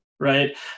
right